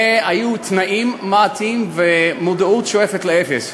והיו תנאים מעטים ומודעות ששואפת לאפס.